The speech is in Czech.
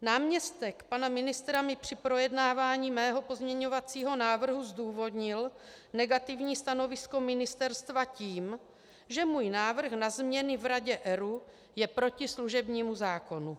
Náměstek pana ministra mi při projednávání mého pozměňovacího návrhu zdůvodnil negativní stanovisko ministerstva tím, že můj návrh na změny v Radě ERÚ je proti služebnímu zákonu.